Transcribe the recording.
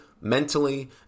mentally